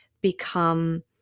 become